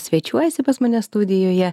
svečiuojasi pas mane studijoje